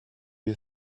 you